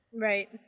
Right